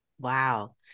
Wow